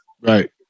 right